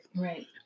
Right